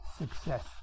success